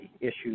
issues